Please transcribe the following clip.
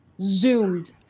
zoomed